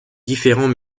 différents